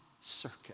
circuit